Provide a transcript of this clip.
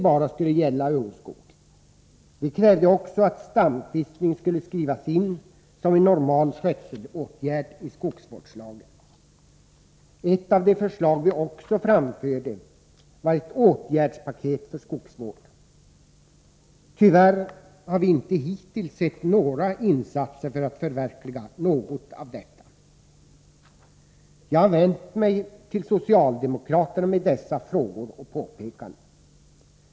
Vi krävde i skogsvårdslagen också att stamkvistning skulle skrivas in som en normal skötselåtgärd. Ett av de förslag vi också framförde var ett åtgärdspaket för skogsvård. Tyvärr har vi inte hittills sett några insatser för att förverkliga något av detta. Jag har vänt mig till socialdemokraterna med dessa frågor och påpekanden.